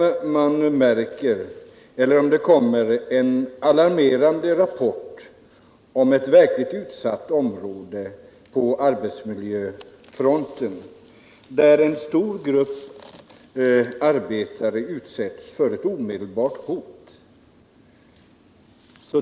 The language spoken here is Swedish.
Om det kommer en alarmerande rapport om ett verkligt utsatt område på arbetsmiljöfronten, där en stor grupp arbetare utsätts för ett omedelbart hot.